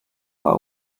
what